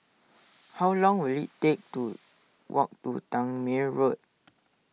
how long will it take to walk to Tangmere Road